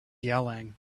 yelling